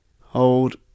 Hold